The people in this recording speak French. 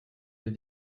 des